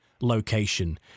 location